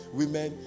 women